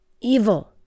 Evil